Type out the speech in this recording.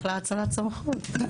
אחלה האצלת סמכויות.